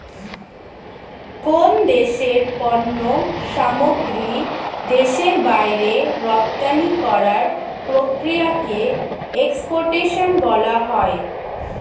কোন দেশের পণ্য সামগ্রী দেশের বাইরে রপ্তানি করার প্রক্রিয়াকে এক্সপোর্টেশন বলা হয়